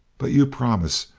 but you promise,